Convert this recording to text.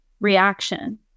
reaction